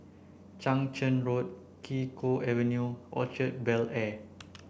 Chang Charn Road Kee Choe Avenue Orchard Bel Air